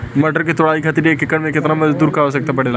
मटर क तोड़ाई खातीर एक एकड़ में कितना मजदूर क आवश्यकता पड़ेला?